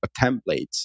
templates